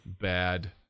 bad